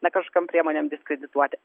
na kažkokiom priemonėm diskredituoti